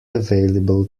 available